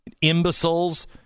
imbeciles